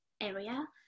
area